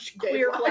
queer